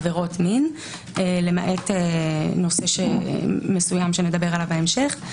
עבירות מין למעט נושא מסוים שנדבר עליו בהמשך,